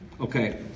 Okay